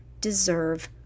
deserve